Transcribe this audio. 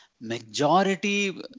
majority